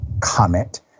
comment